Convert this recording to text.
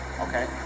Okay